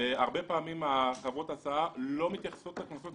הרבה פעמים חברות ההסעה לא מתייחסות לקנסות האלה.